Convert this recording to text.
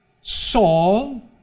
Saul